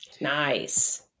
Nice